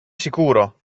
sicuro